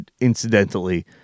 incidentally